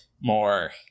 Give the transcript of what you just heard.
more